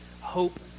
hope